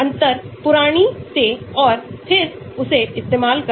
अगला इलेक्ट्रॉन वापस लेने की दर बढ़ जाती है क्योंकि सिग्मा 1 सकारात्मक है